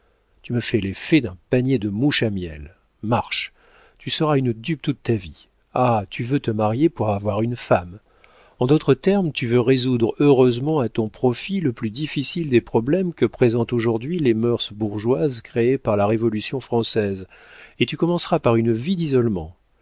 tu me fais l'effet d'un panier de mouches à miel marche tu seras une dupe toute ta vie ah tu veux te marier pour avoir une femme en d'autres termes tu veux résoudre heureusement à ton profit le plus difficile des problèmes que présentent aujourd'hui les mœurs bourgeoises créées par la révolution française et tu commenceras par une vie d'isolement